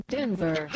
Denver